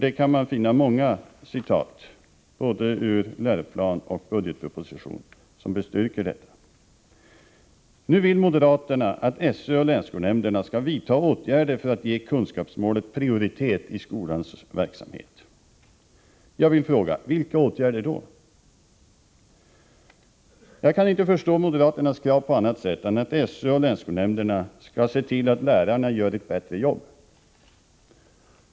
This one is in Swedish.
Man kan finna många citat både i läroplan och budgetproposition som bestyrker detta. Nu vill moderaterna att SÖ och länsskolnämnderna skall vidta åtgärder för att ge kunskapsmålet prioritet i skolans verksamhet. Jag vill fråga: Vilka åtgärder då? Jag kan inte förstå moderaternas krav på annat sätt än att SÖ och länsskolnämnderna skall se till att lärarna gör ett bättre jobb.